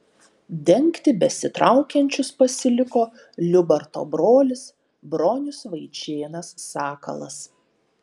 dengti besitraukiančius pasiliko liubarto brolis bronius vaičėnas sakalas